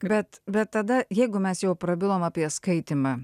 kad bet tada jeigu mes jau prabilome apie skaitymą